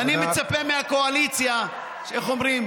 אני מצפה מהקואליציה, איך אומרים?